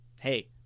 Hey